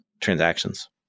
transactions